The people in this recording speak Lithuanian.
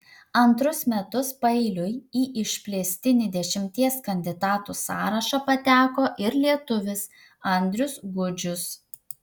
antrus metus paeiliui į išplėstinį dešimties kandidatų sąrašą pateko ir lietuvis andrius gudžius